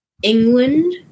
England